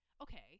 Okay